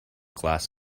glass